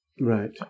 right